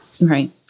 Right